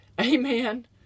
Amen